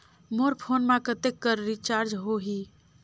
मोर phone मा कतेक कर रिचार्ज हो ही?